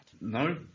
No